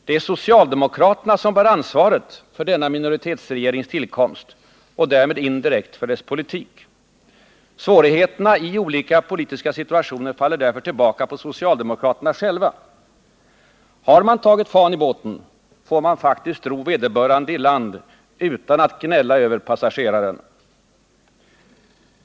Det är socialdemokraterna som bär ansvaret för denna minoritetsregerings tillkomst och därmed indirekt för dess politik. Svårigheterna i olika politiska situationer faller därför tillbaka på socialdemokraterna själva. Har man tagit f-n i båten får man faktiskt ro vederbörande i land, utan att gnälla över passageraren.